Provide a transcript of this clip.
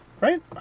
right